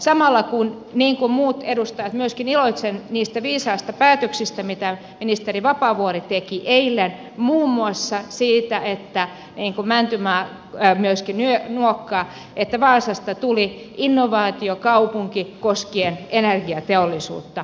samalla niin kuin muut edustajat myöskin iloitsen niistä viisaista päätöksistä mitä ministeri vapaavuori teki eilen muun muassa siitä niin kuin mäntymaa myöskin nyökkää että vaasasta tuli innovaatiokaupunki koskien energiateollisuutta